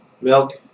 Milk